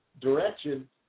direction